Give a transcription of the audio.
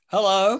Hello